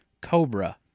Cobra